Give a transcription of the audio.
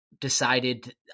decided